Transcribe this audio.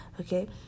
okay